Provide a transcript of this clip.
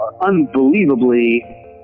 unbelievably